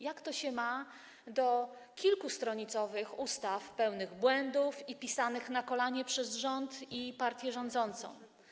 Jak to się ma do kilkustronicowych ustaw pełnych błędów i pisanych na kolanie przez rząd i partię rządzącą?